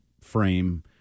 frame